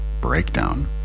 breakdown